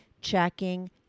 checking